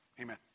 Amen